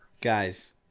Guys